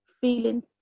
feeling